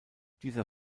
dieser